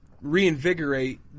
reinvigorate